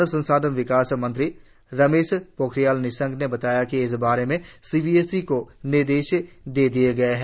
मानव संसाधन विकास मंत्री रमेश पोखरियाल निशंक ने बताया कि इस बारे में सीबीएसई को सलाह दे दी गई है